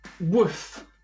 woof